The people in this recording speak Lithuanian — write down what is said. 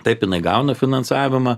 taip jinai gauna finansavimą